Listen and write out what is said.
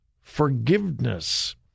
forgiveness